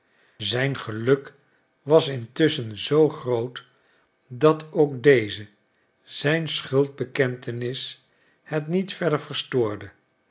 zijn geluk was intusschen zoo groot dat ook deze zijn schuldbekentenis het niet verder verstoorde